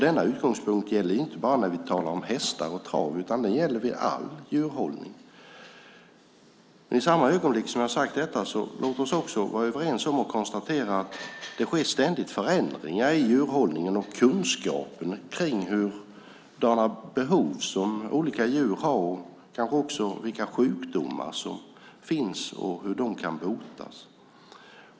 Denna utgångspunkt gäller inte bara när vi talar om hästar och trav utan den gäller vid all djurhållning. I samma ögonblick som jag har sagt detta, låt oss också vara överens om och konstatera att det ständigt sker förändringar i djurhållningen och kunskapen om vilka behov som olika djur har och vilka sjukdomar som finns och hur de kan botas.